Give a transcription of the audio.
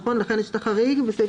לכן יש את החריג.